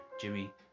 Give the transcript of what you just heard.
Jimmy